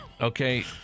Okay